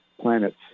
planet's